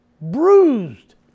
bruised